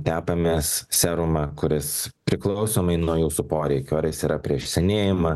tepamės serumą kuris priklausomai nuo jūsų poreikių ar jis yra prieš senėjimą